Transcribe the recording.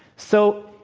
so,